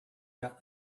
got